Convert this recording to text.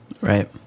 right